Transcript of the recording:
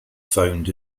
found